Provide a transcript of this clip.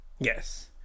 Yes